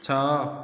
ଛଅ